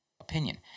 opinion